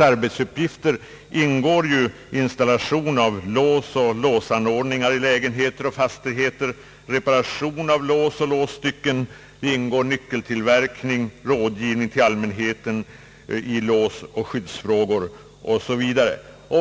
arbetsuppgifter ingår ju installation av lås och låsanordningar i lägenheter och fastigheter, reparation av lås och låsstycken, nyckeltillverkning, rådgivning till allmänheten i låsoch skyddsfrågor 0. sS. Vv.